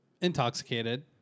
intoxicated